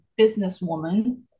businesswoman